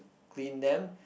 clean them